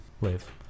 live